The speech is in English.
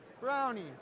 brownie